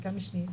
חקיקה משנית.